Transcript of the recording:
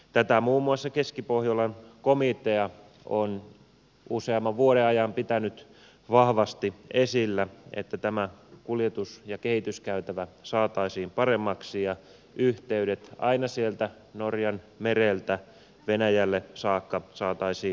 tätä muun muassa keskipohjolan komitea on useamman vuoden ajan pitänyt vahvasti esillä että tämä kuljetus ja kehityskäytävä saataisiin paremmaksi ja yhteydet aina sieltä norjanmereltä venäjälle saakka saataisiin kuntoon